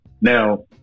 now